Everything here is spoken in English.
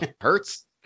hurts